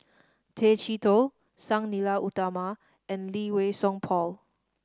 Tay Chee Toh Sang Nila Utama and Lee Wei Song Paul